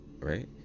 Right